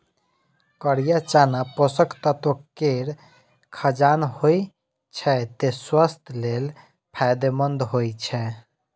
करिया चना पोषक तत्व केर खजाना होइ छै, तें स्वास्थ्य लेल फायदेमंद होइ छै